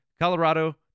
Colorado